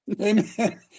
Amen